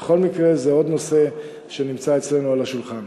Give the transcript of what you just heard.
בכל מקרה, זה עוד נושא שנמצא אצלנו על השולחן.